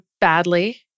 badly